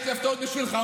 יש לי הפתעות בשבילך.